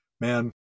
man